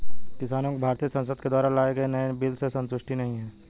किसानों को भारतीय संसद के द्वारा लाए गए नए बिल से संतुष्टि नहीं है